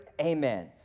amen